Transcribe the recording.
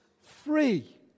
free